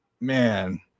man